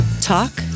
Talk